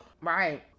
Right